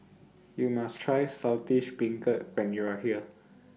YOU must Try Saltish Beancurd when YOU Are here